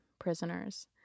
prisoners